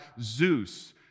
Zeus